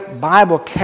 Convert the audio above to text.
Bible